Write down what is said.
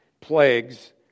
plagues